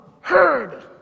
heard